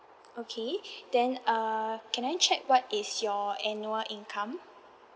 okay then err can I check what is your annual income